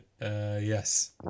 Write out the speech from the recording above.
Yes